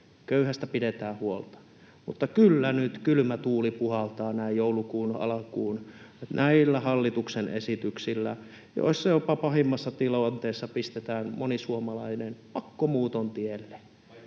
köyhästä pidetään huolta, mutta kyllä nyt kylmä tuuli puhaltaa näin joulukuun alkuun näillä hallituksen esityksillä, joissa jopa pahimmassa tilanteessa pistetään moni suomalainen pakkomuuton tielle.